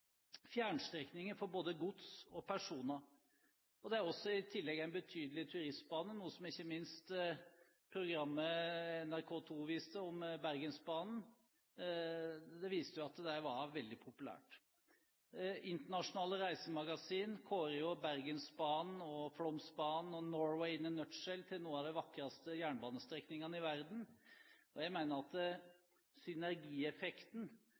fjernstrekningen for både gods og personer, og den er i tillegg en betydelig turistbane, noe som ikke minst gikk fram av programmet NRK2 viste om Bergensbanen. Det viste at den var veldig populær. Internasjonale reisemagasiner kårer Bergensbanen, Flåmsbanen – «Norway in a nutshell» – til å være blant de vakreste jernbanestrekningene i verden. Jeg mener at synergieffekten